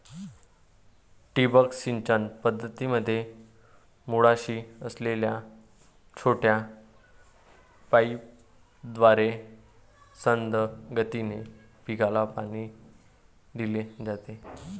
ठिबक सिंचन पद्धतीमध्ये मुळाशी असलेल्या छोट्या पाईपद्वारे संथ गतीने पिकाला पाणी दिले जाते